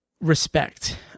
respect